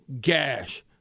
gash